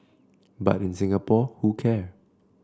but in Singapore who care